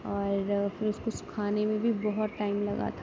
اور پھر اس کو سکھانے میں بہت ٹائم لگا تھا